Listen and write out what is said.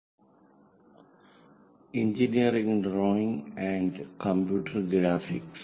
conic sections IX engineering drawing and computer graphics